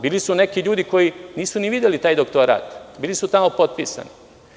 Bili su neki ljudi koji nisu ni videli taj doktorat, bili su tamo potpisani.